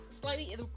slightly